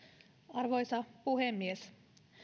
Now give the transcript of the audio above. arvoisa puhemies